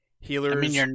Healers